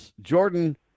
Jordan